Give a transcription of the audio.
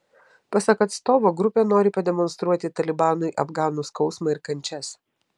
pasak atstovo grupė nori pademonstruoti talibanui afganų skausmą ir kančias